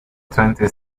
twenty